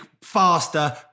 faster